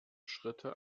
schritte